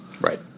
Right